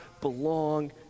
belong